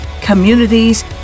communities